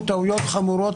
תודה רבה.